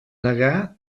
negar